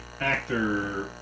actor